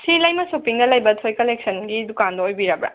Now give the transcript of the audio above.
ꯁꯤ ꯂꯩꯃꯥ ꯁꯣꯄꯤꯡꯗ ꯂꯩꯕ ꯊꯣꯏ ꯀꯂꯦꯛꯁꯟꯒꯤ ꯗꯨꯀꯥꯟꯗꯨ ꯑꯣꯏꯕꯤꯔꯕ꯭ꯔꯥ